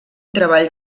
treball